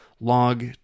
log